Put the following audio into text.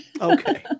okay